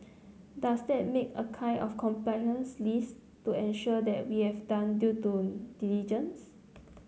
does that make a kind of compliance list to ensure that we have done due to diligence